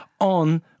on